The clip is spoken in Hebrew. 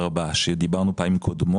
4 עליהם דיברנו בפעמים הקודמות,